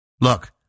Look